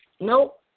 nope